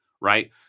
right